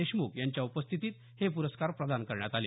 देशमुख यांच्या उपस्थितीत हे पुरस्कार प्रदान करण्यात आले